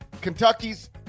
Kentucky's